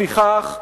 לפיכך,